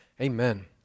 Amen